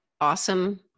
awesome